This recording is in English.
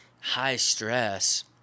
high-stress